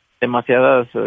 demasiadas